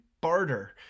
barter